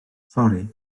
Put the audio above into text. sori